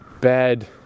bad